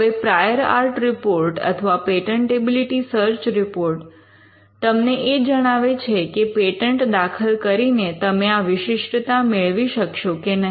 હવે prior art report અથવા patentability search report તમને એ જણાવે છે કે પેટન્ટ દાખલ કરીને તમે આ વિશિષ્ટતા મેળવી શકશો કે નહીં